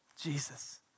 Jesus